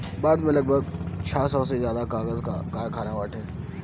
भारत में लगभग छह सौ से ज्यादा कागज कअ कारखाना बाटे